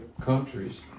countries